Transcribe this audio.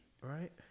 right